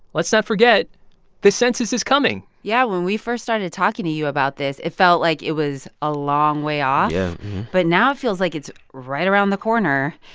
let's not forget the census is coming yeah. when we first started talking to you about this, it felt like it was a long way off yeah but now it feels like it's right around the corner.